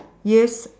yes